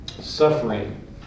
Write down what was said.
Suffering